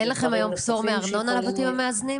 אין לכם היום פטור מארנונה לבתים המאזנים?